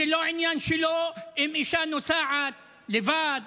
זה לא העניין שלו אם אישה נוסעת לבד,